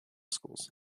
schools